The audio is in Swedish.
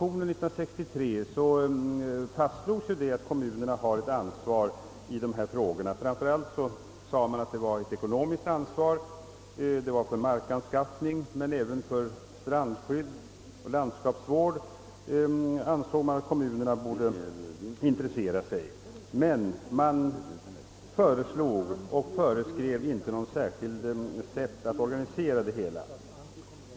I 1963 års proposition om naturvårdslagen fastslogs att även kommunerna härvidlag har ett ansvar, framför allt kanske ett ekonomiskt ansvar. Departementschefen ansåg att kommunerna borde intressera sig för markanskaffning, för strandskydd och för landskapsvård, men föreslog inte något särskilt sätt att organisera en sådan verksamhet.